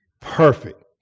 perfect